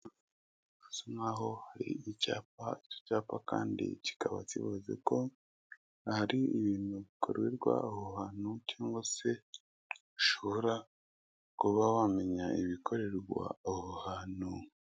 Bisa nk'aho icyapa icyo cyapa kandi kikaba kivuze ko hari ibintu bikorerwa aho hantu cyangwa se bishobora kuba wamenya ibikorerwa aho hantu.